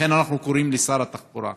לכן, אנחנו קוראים לשר התחבורה: